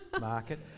market